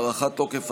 הארכת תוקף),